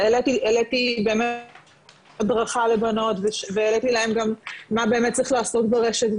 העליתי באמת הדרכה לבנות והעליתי להם מה באמת צריך לעשות ברשת,